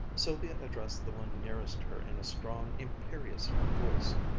sylvia addressed the one nearest her in a strong, imperious voice.